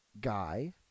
guy